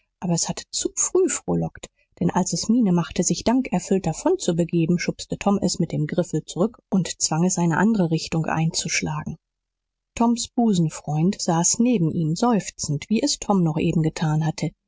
aber es hatte zu früh frohlockt denn als es miene machte sich dankerfüllt davonzubegeben schubste tom es mit dem griffel zurück und zwang es eine andere richtung einzuschlagen toms busenfreund saß neben ihm seufzend wie es tom noch eben getan hatte